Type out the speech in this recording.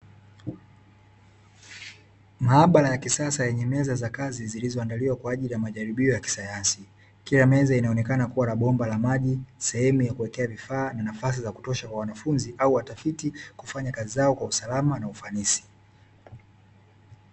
Maabara ya kisasa yenye meza za kazi zilizoandaliwa kwa ajili ya majaribio ya kisayansi. Kila meza inaonekana kuwa na bomba la maji, shemu ya kuwekea vifaa na sehemu yakutosha kwa wanafunzi au watafiti kufanya kazi zao kwa usalama na ufanisi.